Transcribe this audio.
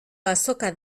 azoka